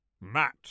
matt